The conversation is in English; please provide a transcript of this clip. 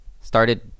started